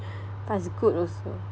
but it's good also